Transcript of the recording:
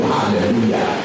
Hallelujah